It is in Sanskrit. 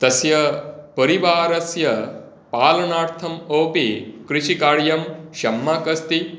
तस्य परिवारस्य पालनार्थं अपि कृषिकार्यं सम्यकस्ति